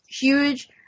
huge